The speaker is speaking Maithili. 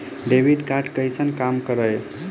डेबिट कार्ड कैसन काम करेया?